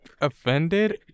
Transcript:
offended